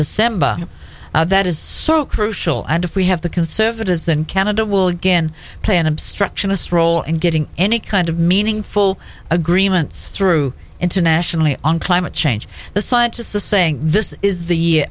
december that is so crucial and if we have the conservatives in canada will again play an obstructionist role in getting any kind of meaningful agreements through internationally on climate change the scientists is saying this is the